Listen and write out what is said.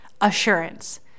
assurance